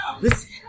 listen